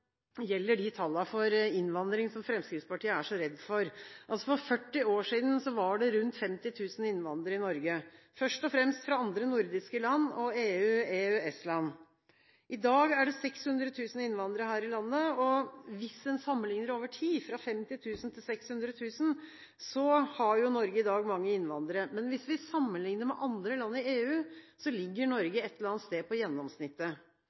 gjelder de tallene for innvandring som Fremskrittspartiet er så redd for: For 40 år siden var det rundt 50 000 innvandrere i Norge, først og fremst fra andre nordiske land og EU-/EØS-land. I dag er det 600 000 innvandrere her i landet. Hvis en sammenligner over tid, fra 50 000 til 600 000, har jo Norge i dag mange innvandrere. Men hvis vi sammenligner med andre land i EU/EØS, ligger Norge et eller annet sted på gjennomsnittet.